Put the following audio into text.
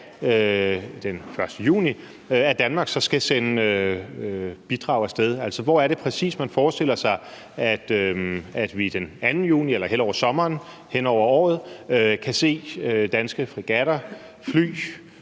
den 1. juni, at Danmark så skal sende et bidrag af sted til. Hvor er det præcis, man forestiller sig at vi den 2. juni eller hen over sommeren, hen over året kan se danske fregatter, fly,